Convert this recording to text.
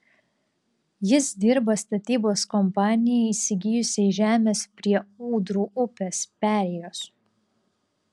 jis dirba statybos kompanijai įsigijusiai žemės prie ūdrų upės perėjos